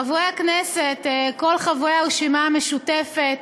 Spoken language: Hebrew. חברי הכנסת, כל חברי הרשימה המשותפת,